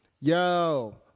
Yo